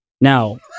Now